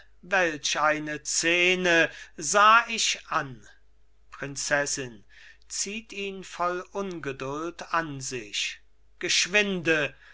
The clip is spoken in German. welch eine szene sah ich an prinzessin zieht ihn voll ungeduld an sich geschwinde